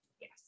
Yes